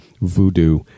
voodoo